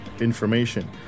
information